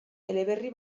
eleberri